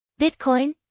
Bitcoin